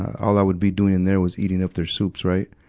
all i would be doing in there was eating up their soups, right,